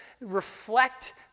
reflect